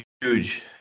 huge